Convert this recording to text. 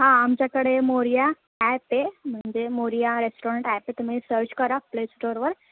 हां आमच्याकडे मोरया ॲप आहे म्हणजे मोरया रेस्टॉरंट ॲप आहे तुम्ही सर्च करा प्ले स्टोर वर